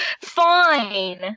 fine